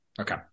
Okay